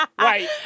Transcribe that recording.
right